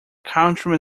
country